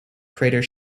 crater